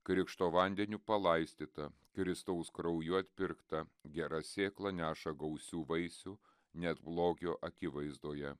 krikšto vandeniu palaistyta kristaus krauju atpirkta gera sėkla neša gausių vaisių net blogio akivaizdoje